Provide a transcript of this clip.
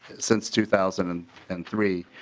sins two thousand and and three.